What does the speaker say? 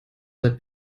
seit